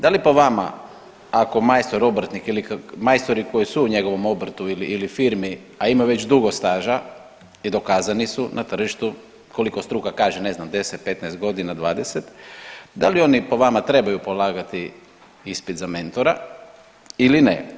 Da li po vama ako majstor obrtnik ili majstori koji su u njegovom obrtu ili firmi, a imaju već dugo staža i dokazani su na tržištu koliko struka kaže ne znam 10, 15 godina 20, da li oni po vama trebaju polagati ispit za mentora ili ne?